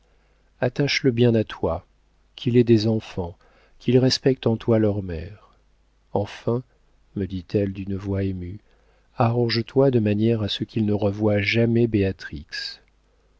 calyste attache le bien à toi qu'il ait des enfants qu'il respecte en toi leur mère enfin me dit-elle d'une voix émue arrange-toi de manière qu'il ne revoie jamais